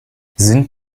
sind